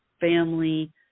family